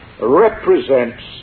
represents